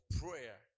prayer